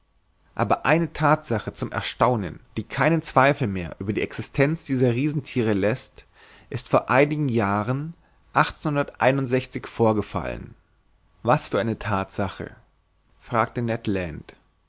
aber eine thatsache zum erstaunen die keinen zweifel mehr über die existenz dieser riesenthiere läßt ist vor einigen jahren vorgefallen was für eine thatsache fragte